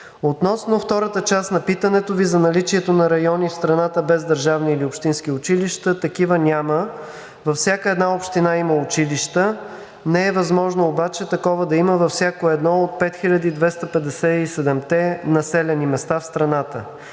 Относно втората част на питането Ви за наличието на райони в страната без държавни или общински училища – такива няма. Във всяка една община има училища. Не е възможно обаче такова да има във всяко едно от 5257-те населени места в страната.